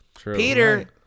Peter